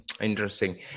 Interesting